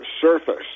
surface